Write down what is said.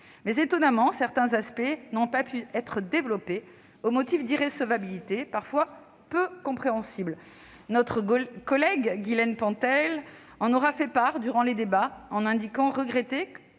Mais, étonnamment, certains aspects n'ont pas pu être développés au motif d'irrecevabilités parfois peu compréhensibles. Notre collègue Guylène Pantel en a fait part durant les débats en indiquant regretter